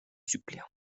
suppléant